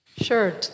Sure